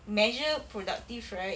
measure productive right